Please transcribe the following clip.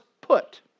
Put